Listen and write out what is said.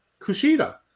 Kushida